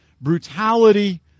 brutality